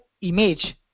image